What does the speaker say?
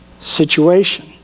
situation